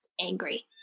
angry